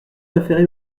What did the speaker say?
préféré